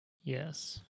Yes